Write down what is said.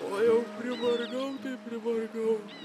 o jau privargau tai privargau